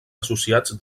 associats